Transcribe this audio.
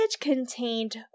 contained